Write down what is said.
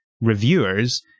reviewers